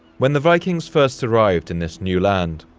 when the vikings first arrived in this new land,